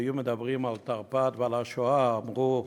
כשהיו מדברים על תרפ"ט ועל השואה, אמרו: